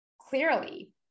clearly